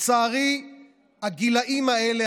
לצערי הגילים האלה,